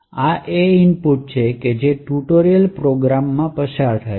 આ તે ઇનપુટ છે જે ખરેખર ટ્યુટોરીયલ પ્રોગ્રામ પર પસાર થાય છે